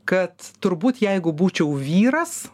kad turbūt jeigu būčiau vyras